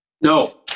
No